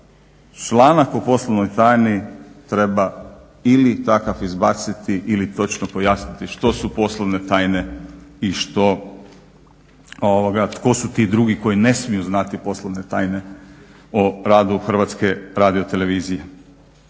članak u poslovnoj tajni ili treba takva izbaciti ili točno pojasniti što su poslovne tajne i što, tko su ti drugi koji ne smiju znati poslovne tajne u radu HRT-a. Evo toliko.